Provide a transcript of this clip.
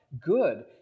good